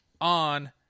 on